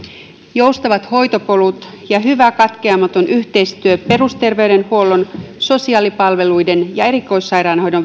joustavat hoitopolut ja hyvä katkeamaton yhteistyö perusterveydenhuollon sosiaalipalveluiden ja erikoissairaanhoidon